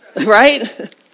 right